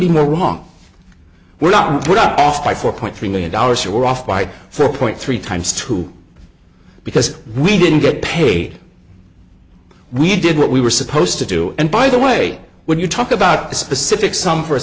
be more wrong we're not put off by four point three million dollars or we're off by for a point three times two because we didn't get paid we did what we were supposed to do and by the way when you talk about a specific sum for a